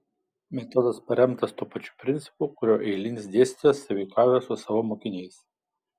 metodas paremtas tuo pačiu principu kuriuo eilinis dėstytojas sąveikauja su savo mokiniais